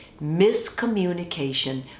miscommunication